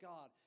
God